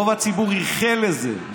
רוב הציבור ייחל לזה,